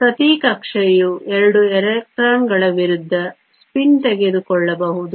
ಪ್ರತಿ ಕಕ್ಷೆಯು 2 ಎಲೆಕ್ಟ್ರಾನ್ಗಳ ವಿರುದ್ಧ ಸ್ಪಿನ್ ತೆಗೆದುಕೊಳ್ಳಬಹುದು